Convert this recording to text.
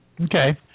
Okay